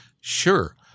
Sure